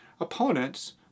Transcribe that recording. Opponents